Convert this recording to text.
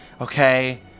okay